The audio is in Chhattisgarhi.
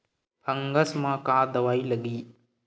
फंगस म का दवाई लगी?